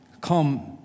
come